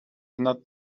not